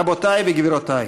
רבותי וגבירותי,